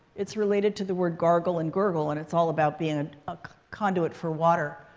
it's related to the word gargle and gurgle. and it's all about being a conduit for water.